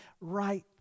right